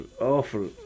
awful